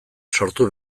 sortu